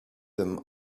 them